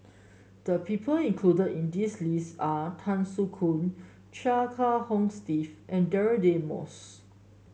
the people included in this list are Tan Soo Khoon Chia Kiah Hong Steve and Deirdre Moss